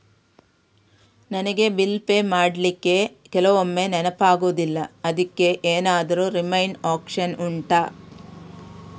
ನನಗೆ bill pay ಮಾಡ್ಲಿಕ್ಕೆ ಕೆಲವೊಮ್ಮೆ ನೆನಪಾಗುದಿಲ್ಲ ಅದ್ಕೆ ಎಂತಾದ್ರೂ ರಿಮೈಂಡ್ ಒಪ್ಶನ್ ಉಂಟಾ